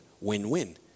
win-win